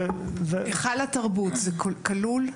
היכל התרבות, זה כלול?